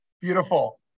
Beautiful